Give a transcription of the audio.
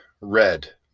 red